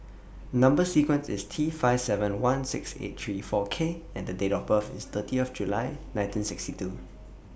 Number sequence IS T five seven one six eight three four K and The Date of birth IS thirty of July nineteen sixty two